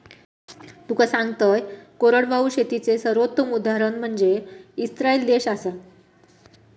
तुका सांगतंय, कोरडवाहू शेतीचे सर्वोत्तम उदाहरण म्हनजे इस्राईल देश आसा